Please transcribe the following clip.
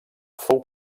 fou